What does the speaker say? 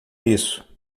isso